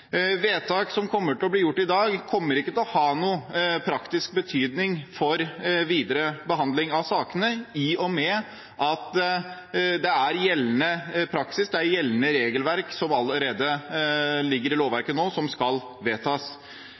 Vedtak som blir gjort i dag, kommer ikke til å ha noen praktisk betydning for videre behandling av sakene, i og med at det er gjeldende praksis, gjeldende regelverk, som altså allerede ligger i lovverket, som skal vedtas.